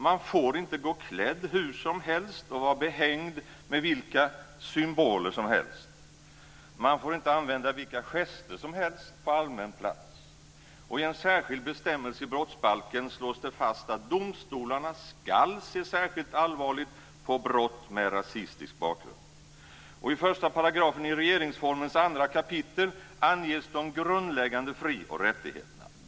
· Man får inte gå klädd hur som helst och vara behängd med vilka symboler som helst. · Man får inte använda vilka gester som helst på allmän plats. I en särskild bestämmelse i brottsbalken slås det också fast att domstolarna skall se särskilt allvarligt på brott med rasistisk bakgrund. I 2 kap. 1 § regeringsformen anges de grundläggande fri och rättigheterna.